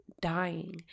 dying